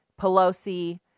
Pelosi